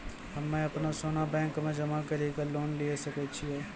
हम्मय अपनो सोना बैंक मे जमा कड़ी के लोन लिये सकय छियै?